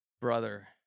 Brother